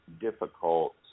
difficult